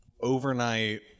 overnight